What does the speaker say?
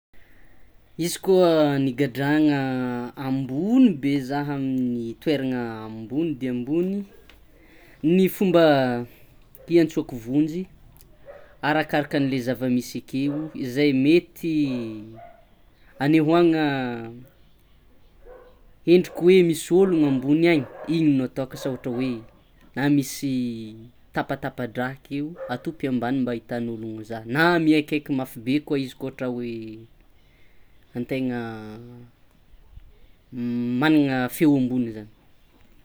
Izy koa nigadrana ambony be zah amin'ny toerana ambony de ambony, ny fomba hiantsoko vonjy arakarakanle zavamisy akeo ze mety anehoagna endriky hoe misy olo ambony any igny no ataoko asa ohatra hoe ah misy tapatapadraha akeo atopy ambany mba ahitan'ologno zah na mihaikaiky mafy be koa izy koa ohatra hoe antegna magnagna feo ambony zany.